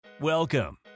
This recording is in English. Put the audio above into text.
Welcome